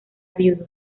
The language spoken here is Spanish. viudo